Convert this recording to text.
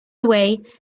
away